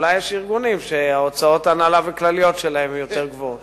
אולי יש ארגונים שהוצאות ההנהלה וההוצאות הכלליות שלהן יותר גבוהות.